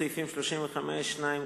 סעיפים 35(2),